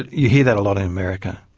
you hear that a lot in america.